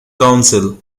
council